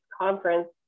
conference